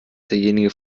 derjenige